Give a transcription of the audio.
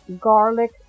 garlic